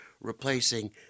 replacing